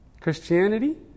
Christianity